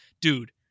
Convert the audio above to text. dude